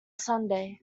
sunday